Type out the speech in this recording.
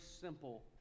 simple